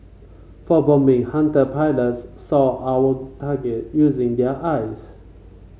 for bombing Hunter pilots sought our target using their eyes